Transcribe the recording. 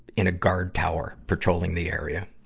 in a guard tower patrolling the area.